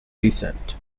descent